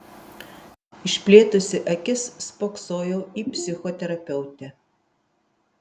išplėtusi akis spoksojau į psichoterapeutę